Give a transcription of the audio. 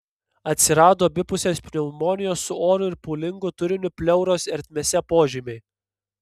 atsirado abipusės pneumonijos su oru ir pūlingu turiniu pleuros ertmėse požymiai